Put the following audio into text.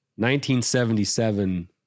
1977